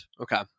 Okay